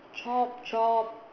chop chop